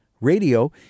radio